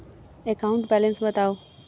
account balance बताउ